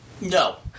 No